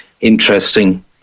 interesting